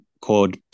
called